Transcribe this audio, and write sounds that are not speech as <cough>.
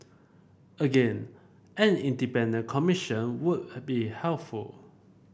again an independent commission would <unintelligible> be helpful